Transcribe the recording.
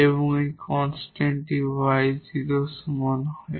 এবং এই কনস্ট্যান্টটি y 0 এর সমান হবে